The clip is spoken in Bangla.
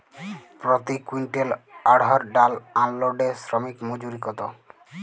প্রতি কুইন্টল অড়হর ডাল আনলোডে শ্রমিক মজুরি কত?